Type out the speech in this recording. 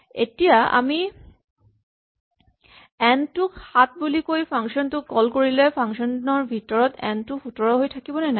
এতিয়া আমি এন টোক ৭ বুলি কৈ ফাংচন টো কল কৰিলে ফাংচন ৰ ভিতৰৰ এন টো ১৭ হৈ থাকিবনে নাই